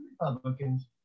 Republicans